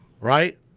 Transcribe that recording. Right